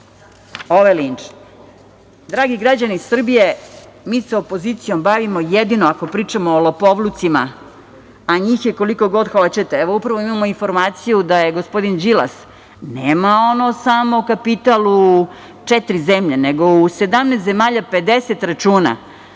je linč. Dragi građani Srbije, mi se opozicijom bavimo jedino ako pričamo o lopovlucima, a njih je koliko god hoćete. Upravo imamo informaciju da gospodin Đilas nema samo kapital u četiri zemlje, već u 17 zemalja 50 računa.